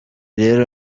rero